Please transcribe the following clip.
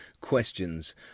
questions